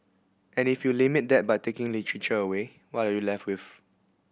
and if you limit that by taking literature away what are you left with